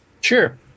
Sure